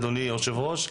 אדוני היושב ראש,